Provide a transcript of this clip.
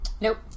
Nope